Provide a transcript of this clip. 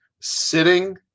sitting